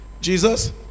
Jesus